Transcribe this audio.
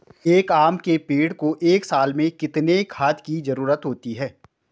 एक आम के पेड़ को एक साल में कितने खाद की जरूरत होती है?